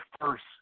first